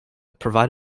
provide